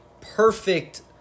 perfect